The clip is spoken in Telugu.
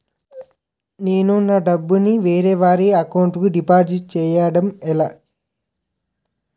నేను నా డబ్బు ని వేరే వారి అకౌంట్ కు డిపాజిట్చే యడం ఎలా?